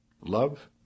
love